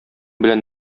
белән